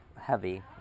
heavy